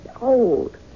old